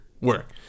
work